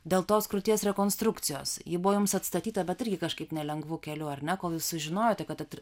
dėl tos krūties rekonstrukcijos ji buvo joms atstatyta bet irgi kažkaip nelengvu keliu ar ne kol jūs sužinojote kad